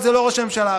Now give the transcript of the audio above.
זה לא ראש הממשלה.